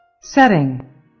SETTING